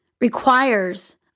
requires